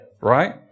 Right